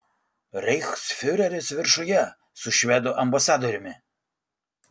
reichsfiureris viršuje su švedų ambasadoriumi